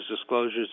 disclosures